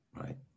right